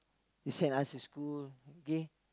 she send us to school okay